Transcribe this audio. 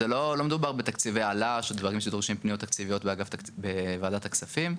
לא מדובר בתקציבי אל"ש או דברים שדורשים פניות תקציביות בוועדת הכספים,